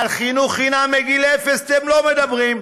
על חינוך חינם מגיל אפס אתם לא מדברים.